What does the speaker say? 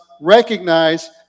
recognize